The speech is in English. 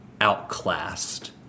outclassed